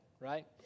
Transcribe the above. right